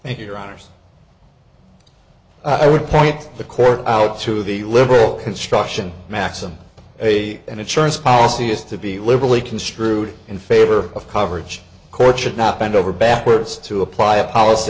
honour's i would point the court out through the liberal construction maxim a and insurance policy is to be liberally construed in favor of coverage court should not bend over backwards to apply a policy